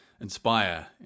inspire